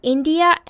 India